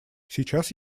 сейчас